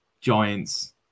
giants